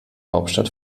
hauptstadt